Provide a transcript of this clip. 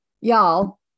y'all